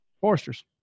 Foresters